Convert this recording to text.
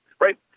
right